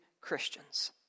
Christians